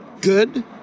good